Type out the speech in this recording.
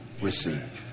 receive